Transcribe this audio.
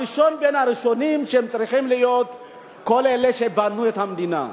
הראשון בין הראשונים צריך להיות כל אלה שבנו את המדינה,